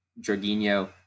Jorginho